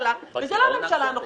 וזה לא רק הממשלה הנוכחית,